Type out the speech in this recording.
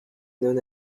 non